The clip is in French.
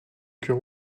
cœur